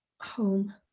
home